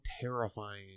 terrifying